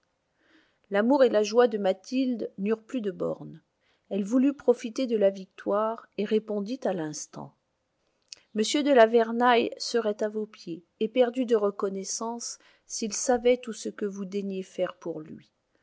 l'amour et la joie de mathilde n'eurent plus de bornes elle voulut profiter de la victoire et répondit à l'instant m de la vernaye serait à vos pieds éperdu de reconnaissance s'il savait tout ce que vous daignez faire pour lui